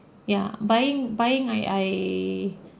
ya buying buying I I